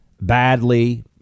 badly